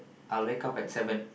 I'll wake up at seven